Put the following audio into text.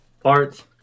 parts